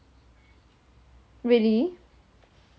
really